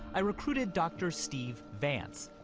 i recruited dr. steve vance.